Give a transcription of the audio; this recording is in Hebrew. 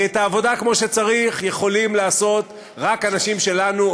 כי את העבודה כמו שצריך יכולים לעשות רק אנשים שלנו,